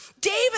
David